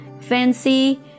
fancy